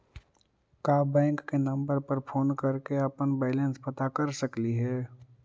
का बैंक के नंबर पर फोन कर के अपन बैलेंस पता कर सकली हे?